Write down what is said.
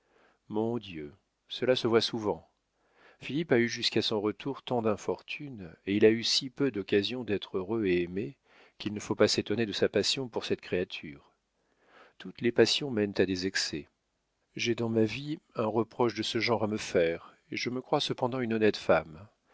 mon dieu cela se voit souvent philippe a eu jusqu'à son retour tant d'infortunes et il a eu si peu d'occasions d'être heureux et aimé qu'il ne faut pas s'étonner de sa passion pour cette créature toutes les passions mènent à des excès j'ai dans ma vie un reproche de ce genre à me faire et je me crois cependant une honnête femme